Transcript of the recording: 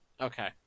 Okay